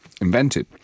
invented